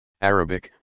Arabic